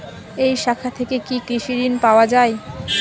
এই শাখা থেকে কি কৃষি ঋণ পাওয়া যায়?